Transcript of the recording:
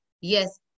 Yes